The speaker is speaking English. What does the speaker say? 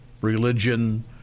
religion